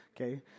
okay